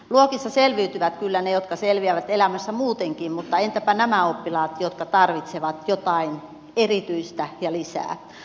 luokissa selviytyvät kyllä ne jotka selviävät elämässä muutenkin mutta entäpä nämä oppilaat jotka tarvitsevat jotain erityistä ja lisää